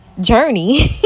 journey